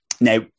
Now